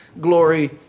glory